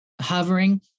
hovering